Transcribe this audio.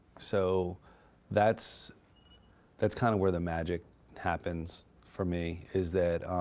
so that's that's kind of where the magic happens for me, is that